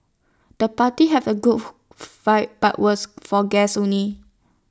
the party have A cool vibe but was for guests only